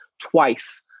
twice